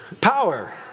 Power